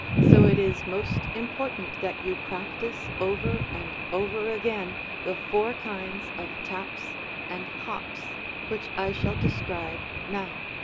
so it is most important that you practice over and over again the four kinds of taps and hops which i shall describe now.